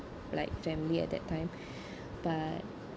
like family at that time but